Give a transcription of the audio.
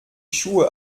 schuhe